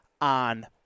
on